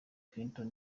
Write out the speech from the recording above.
clinton